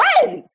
friends